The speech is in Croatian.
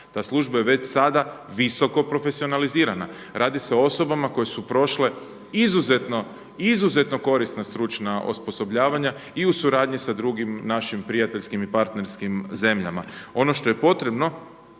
Ta služba je već sada visoko profesionalizirana. Radi se o osobama koje su prošle izuzetno, izuzetno korisna stručna osposobljavanja i u suradnji s drugim našim prijateljskim i partnerskim zemljama. Ono što je potrebno